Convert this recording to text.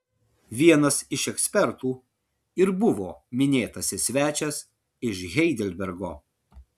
vienas iš ekspertų ir buvo minėtasis svečias iš heidelbergo